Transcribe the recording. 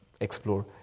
explore